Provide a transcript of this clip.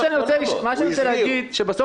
מה שאני רוצה להגיד הוא בסוף